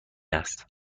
است